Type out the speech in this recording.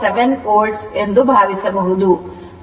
7 volt ಇದು ಭಾವಿಸಬಹುದು